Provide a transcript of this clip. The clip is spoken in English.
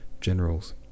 generals